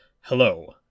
Hello